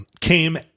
came